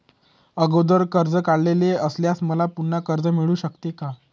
अगोदर कर्ज काढलेले असल्यास मला पुन्हा कर्ज मिळू शकते का?